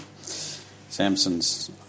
Samson's